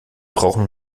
brauchen